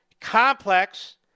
complex